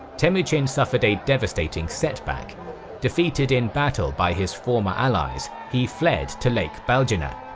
temujin suffered a devastating setback defeated in battle by his former allies he fled to lake baljuna.